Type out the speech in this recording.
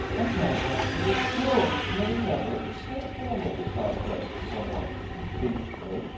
a cast-off suit of clothes from any member of the snake family, replied cresty somewhat impatiently.